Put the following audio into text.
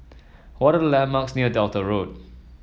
what are the landmarks near Delta Road